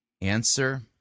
Answer